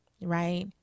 right